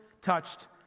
touched